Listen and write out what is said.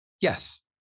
Yes